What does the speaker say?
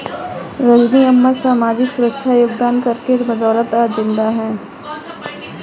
रजनी अम्मा सामाजिक सुरक्षा योगदान कर के बदौलत आज जिंदा है